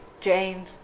Jane